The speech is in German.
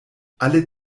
alle